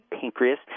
pancreas